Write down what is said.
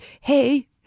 Hey